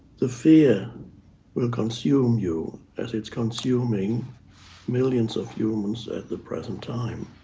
the fear will consume you as it's consuming millions of humans at the present time.